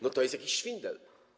No to jest jakiś szwindel.